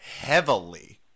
heavily